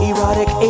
Erotic